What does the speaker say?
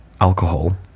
alcohol